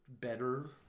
better